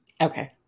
Okay